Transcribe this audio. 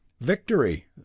Victory